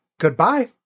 Goodbye